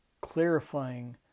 clarifying